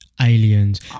Aliens